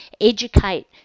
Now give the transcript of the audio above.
educate